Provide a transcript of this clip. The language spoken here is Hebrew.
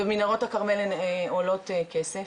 ומנהרות הכרמל הן עולות כסף?